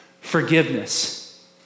Forgiveness